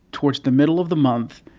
towards the middle of the month,